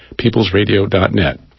peoplesradio.net